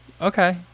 Okay